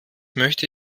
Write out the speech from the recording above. möchte